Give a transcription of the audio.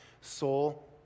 soul